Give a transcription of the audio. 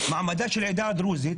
מעמדה של העדה הדרוזית,